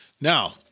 now